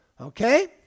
Okay